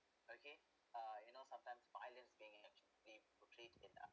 okay uh you know sometimes violence being be replaced in a